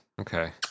Okay